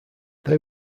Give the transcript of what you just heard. they